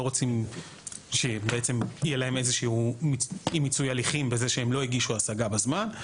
רוצים שיהיה להם איזה שהוא אי מיצוי הליכים בזה שהם לא הגישו השגה בזמן,